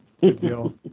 Deal